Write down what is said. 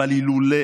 אבל אילולא